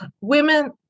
women